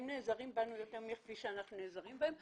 נעזרים בנו יותר מכפי שאנחנו נעזרים בהם,